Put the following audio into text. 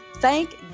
Thank